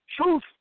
truth